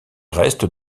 restes